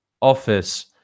Office